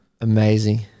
Amazing